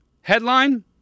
headline